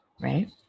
right